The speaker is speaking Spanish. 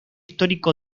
histórico